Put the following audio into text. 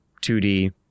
2D